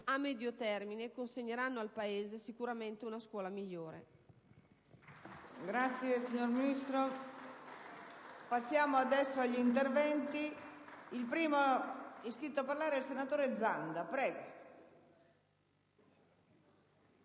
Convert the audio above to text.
a medio termine consegnerà al Paese sicuramente una scuola migliore.